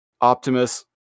Optimus